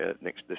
next